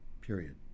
Period